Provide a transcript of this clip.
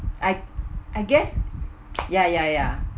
I I guess ya ya